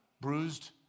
bruised